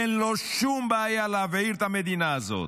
אין לו שום בעיה להבעיר את המדינה הזאת,